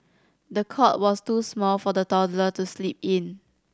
the cot was too small for the toddler to sleep in